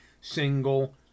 single